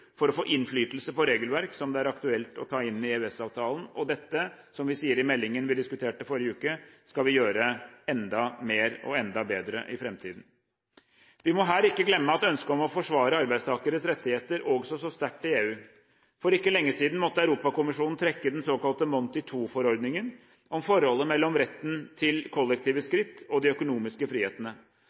for å få innflytelse på regelverk som det er aktuelt å ta inn i EØS-avtalen. Som vi sier i meldingen vi diskuterte i forrige uke: Dette skal vi gjøre enda mer av og enda bedre i fremtiden. Vi må her ikke glemme at ønsket om å forsvare arbeidstakernes rettigheter også står sterkt i EU. For ikke lenge siden måtte Europakommisjonen trekke den såkalte Monti II-forordningen, om forholdet mellom retten til kollektive skritt og de økonomiske frihetene.